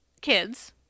kids